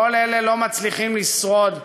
כל אלה לא מצליחים לשרוד,